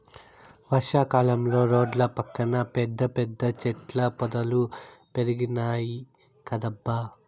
వర్షా కాలంలో రోడ్ల పక్కన పెద్ద పెద్ద చెట్ల పొదలు పెరిగినాయ్ కదబ్బా